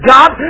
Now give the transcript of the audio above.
God